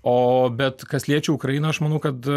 o bet kas liečia ukrainą aš manau kad